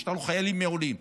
יש לנו חיילים מעולים.